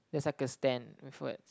there's like a stand with words